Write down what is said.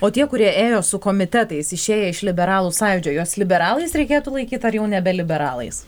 o tie kurie ėjo su komitetais išėję iš liberalų sąjūdžio jos liberalais reikėtų laikyti ar jau nebe liberalais